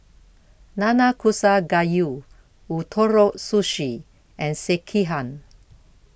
Nanakusa Gayu Ootoro Sushi and Sekihan